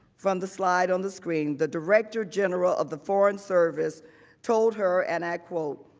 from the slide on the screen, the director general of the foreign service told her, and i quote,